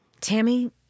Tammy